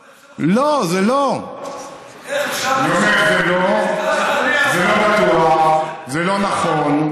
לא, זה לא, זה לא בטוח, זה לא נכון.